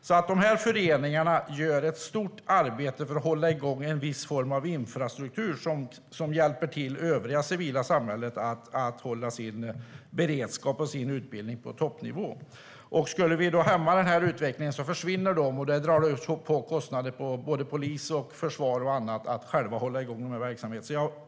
Skytteföreningarna gör ett stort arbete för att hålla i gång en viss form av infrastruktur som bidrar till att hålla beredskapen i övriga samhället på toppnivå. Skulle denna utveckling hämmas förvinner skytteföreningarna, och det ökar kostnaderna för försvaret, polisen och annat om de själva måste hålla i gång denna verksamhet.